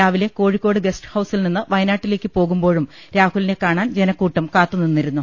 രാവിലെ കോഴിക്കോട് ഗസ്റ്റ് ഹൌസിൽ നിന്ന് വയനാട്ടിലേക്ക് പോകുമ്പോഴും രാഹുലിനെ കാണാൻ ജനക്കൂട്ടം കാത്തുനിന്നി രുന്നു